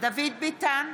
דוד ביטן,